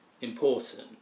important